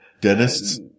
Dentists